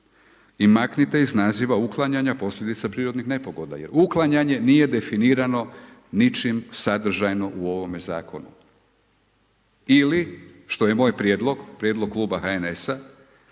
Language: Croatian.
i maknite iz naziva uklanjanja posljedica prirodnih nepogoda, jer uklanjanje nije definirano, ničim sadržajno u ovome zakonu. Ili što je moj prijedlog, prijedlog Kluba HNS-a